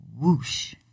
Whoosh